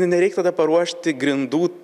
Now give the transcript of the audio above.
nereik tada paruošti grindų